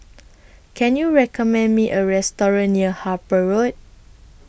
Can YOU recommend Me A Restaurant near Harper Road